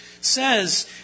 says